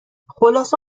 خلاصه